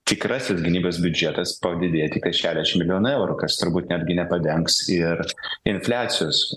tikrasis gynybos biudžetas padidėja tiktai šediašim milijonų eurų kas turbūt netgi nepadengs ir infliacijos